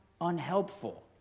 unhelpful